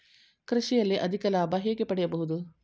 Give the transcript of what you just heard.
ಕೃಷಿಯಲ್ಲಿ ಅಧಿಕ ಲಾಭ ಹೇಗೆ ಪಡೆಯಬಹುದು?